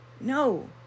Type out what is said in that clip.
no